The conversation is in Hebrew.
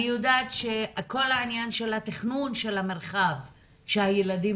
אני יודעת שכל העניין של התכנון של המרחב שהילדים